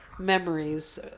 Memories